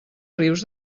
rius